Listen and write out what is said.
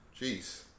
Jeez